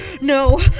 No